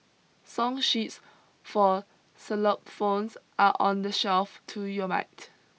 song sheets for xylophones are on the shelf to your right